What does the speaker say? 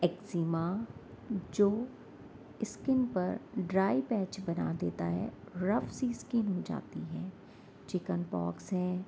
eczema جو skin پر dry patch بنا دیتا ہے رف سی اسکن ہو جاتی ہیں چکن پاکس ہیں